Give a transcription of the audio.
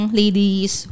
ladies